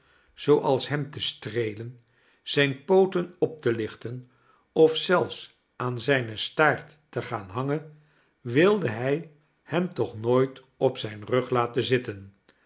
zooals hem te streelen zijne pooten op te lichten of zelfs aan zijn staart te gaan hangen wilde hij hen toch nooit op zijn rug laten zitten